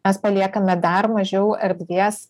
mes paliekame dar mažiau erdvės